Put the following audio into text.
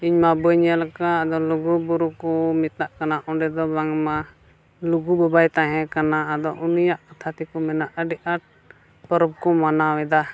ᱤᱧᱢᱟ ᱵᱟᱹᱧ ᱧᱮᱞ ᱟᱠᱟᱫ ᱟᱫᱚ ᱞᱩᱜᱩᱼᱵᱩᱨᱩ ᱠᱚ ᱢᱮᱛᱟᱫ ᱠᱟᱱᱟ ᱚᱸᱰᱮ ᱫᱚ ᱵᱟᱝᱢᱟ ᱞᱩᱜᱩ ᱵᱟᱵᱟᱭ ᱛᱟᱦᱮᱸ ᱠᱟᱱᱟ ᱟᱫᱚ ᱩᱱᱤᱭᱟᱜ ᱠᱟᱛᱷᱟ ᱛᱮᱠᱚ ᱢᱮᱱᱟ ᱟᱹᱰᱤ ᱟᱴ ᱯᱚᱨᱚᱵᱽ ᱠᱚ ᱢᱟᱱᱟᱣᱮᱫᱟ